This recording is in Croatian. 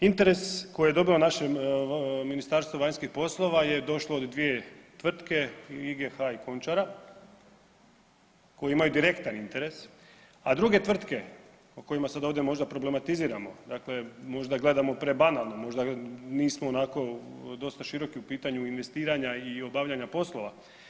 Interes koji je dobilo naše Ministarstvo vanjskih poslova je došlo od dvije tvrtke IGH i Končara koji imaju direktan interes, a druge tvrtke o kojima sad možda ovdje problematiziramo, dakle možda gledamo prebanalno, možda nismo onako dosta široki u pitanju investiranja i obavljanja poslova.